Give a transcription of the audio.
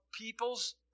people's